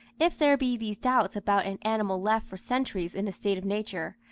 if there be these doubts about an animal left for centuries in a state of nature,